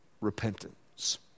Repentance